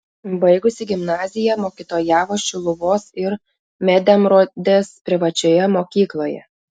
baigusi gimnaziją mokytojavo šiluvos ir medemrodės privačioje mokykloje